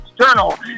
external